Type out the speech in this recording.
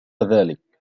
ذلك